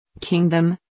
Kingdom